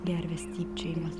gervės stypčiojimas